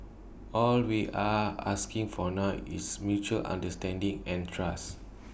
all we're asking for now is mutual understanding and trust